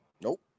Nope